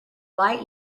light